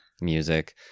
music